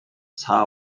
her